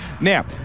Now